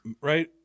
Right